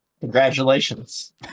Congratulations